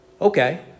Okay